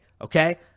okay